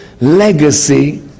legacy